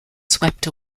swept